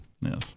Yes